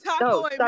no